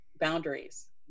boundaries